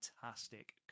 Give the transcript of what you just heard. fantastic